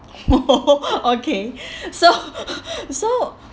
okay so so